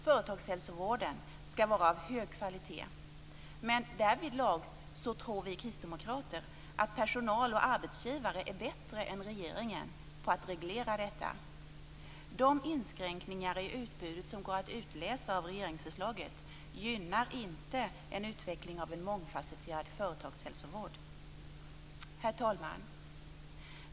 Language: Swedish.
Företagshälsovården ska vara av hög kvalitet, men därvidlag tror vi kristdemokrater att personal och arbetsgivare är bättre än regeringen på att reglera detta. De inskränkningar i utbudet som går att utläsa av regeringsförslaget gynnar inte en utveckling av en mångfasetterad företagshälsovård. Herr talman!